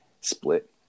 split